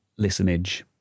listenage